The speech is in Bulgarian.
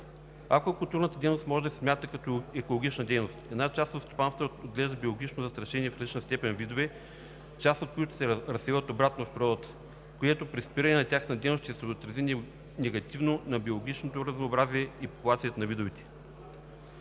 Аквакултурната дейност може да се смята като екологична дейност. Една част от стопанствата отглеждат биологично застрашени в различна степен видове, част от които се разселват обратно в природата, което при спиране на тяхната дейност ще се отрази негативно на биологичното разнообразие и популацията на видовете.